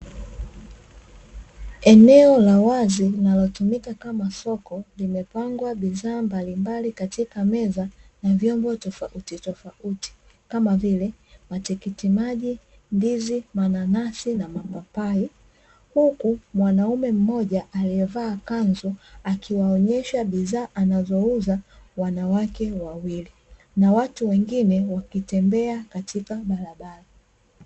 Eneo la wazi, linalotumika kama soko, limepangwa bidhaa mbalimbali katika meza na vyombo tofautitofauti, kama vile: matikitimaji, ndizi, mananasi, na mapapai. Huku mwanaume mmoja aliyevaa kanzu akiwaonyesha bidhaa anazouza, wanawake wawili na watu wengine wakitembea katika barabara.